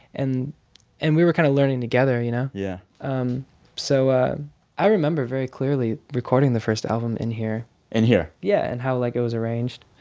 and and we were kind of learning together, you know? yeah um so i remember very clearly recording the first album in here in here yeah, and how, like, it was arranged.